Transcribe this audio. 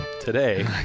today